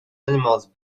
animals